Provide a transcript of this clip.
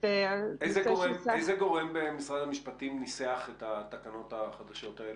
איזה גורם במשרד המשפטים ניסח את התקנות החדשות האלה?